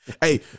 Hey